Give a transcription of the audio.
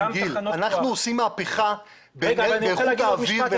אנחנו עושים מהפכה באיכות האוויר.